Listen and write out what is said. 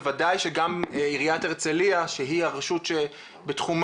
בוודאי שגם עירית הרצליה שהיא הרשות שבתחומה